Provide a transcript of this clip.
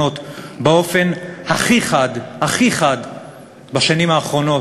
כל סיעת מרצ, אתם מפריעים לי מאז שאני